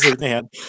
Man